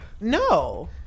No